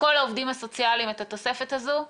לכל העובדים הסוציאליים את התוספת הזאת,